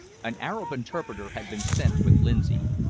an arab interpreter had been sent with lindsay,